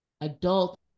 adult